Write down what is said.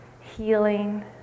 healing